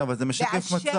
כן, אבל זה משקף מצב.